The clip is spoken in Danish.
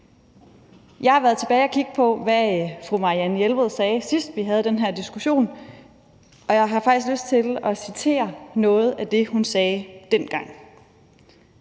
Jeg har været tilbage og kigget på, hvad fru Marianne Jelved sagde, sidst vi havde den her diskussion, og jeg har faktisk lyst til at citere noget af det, hun sagde dengang: